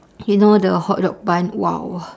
you know the hotdog bun !wow!